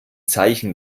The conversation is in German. zeichen